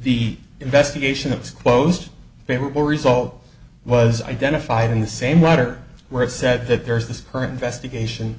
the investigation of this closed favorable result was identified in the same letter where it said that there's this current investigation